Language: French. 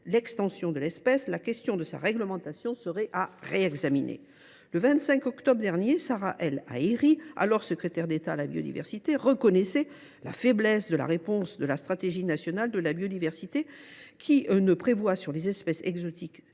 l’extension de l’espèce, la question de sa réglementation serait à réexaminer. » Le 25 octobre dernier, Sarah El Haïry, alors secrétaire d’État chargée de la biodiversité, reconnaissait la faiblesse de la réponse de la stratégie nationale biodiversité 2030, qui ne prévoit, en matière